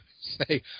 say